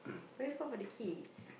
very far for the keys